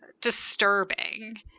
disturbing